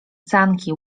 sanki